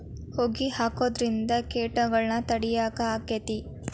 ಹೊಗಿ ಹಾಕುದ್ರಿಂದ ಕೇಟಗೊಳ್ನ ತಡಿಯಾಕ ಆಕ್ಕೆತಿ?